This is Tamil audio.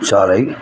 சாலை